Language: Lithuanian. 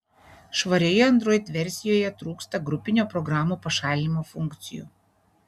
švarioje android versijoje trūksta grupinio programų pašalinimo funkcijų